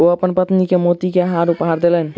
ओ अपन पत्नी के मोती के हार उपहार देलैन